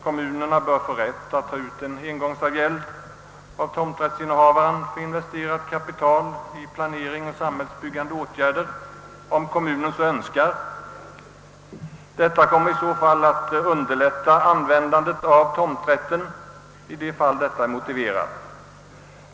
Kommunerna bör få rätt att ta ut en engångsavgäld av tomträttsinnehavaren för investerat kapital i sanering och samhällsbyggande. Man kommer i så fall att underlätta användandet av tomträtten i de fall då detta är motiverat.